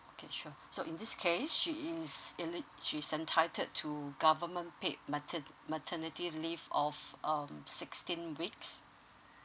okay sure so in this case she's eli~ she's entitled to government paid mater~ maternity leave of um sixteen weeks